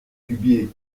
dubié